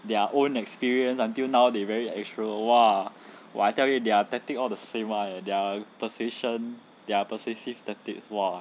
their own experience until now they very extro !wah! !wah! I tell you their tactic all the same [one] their persuasion their persuasive tactic !wah!